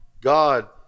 God